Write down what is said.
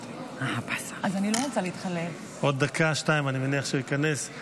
עוד דקה, שתיים אני מניח שהוא ייכנס.